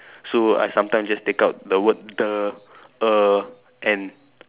so I sometimes just take out the word the a and